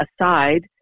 aside